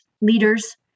leaders